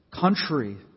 country